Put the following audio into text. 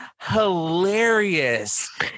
hilarious